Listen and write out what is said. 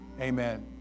Amen